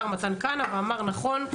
מתן כהנא ואמר: נכון,